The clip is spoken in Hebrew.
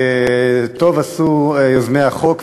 טוב עשו יוזמי החוק,